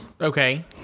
Okay